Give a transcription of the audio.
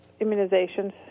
immunizations